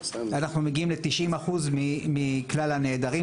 אנחנו מגיעים לתשעים אחוז מכלל הנעדרים,